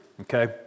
Okay